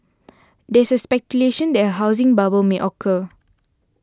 there is speculation that a housing bubble may occur